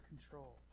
control